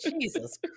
Jesus